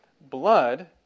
blood